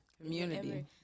Community